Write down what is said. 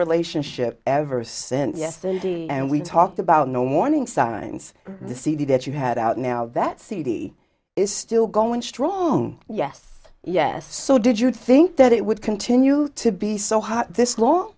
relationship ever since yesterday and we talked about no warning signs the cd that you had out now that cd is still going strong yes yes so did you think that it would continue to be so hot this long